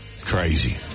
Crazy